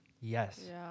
Yes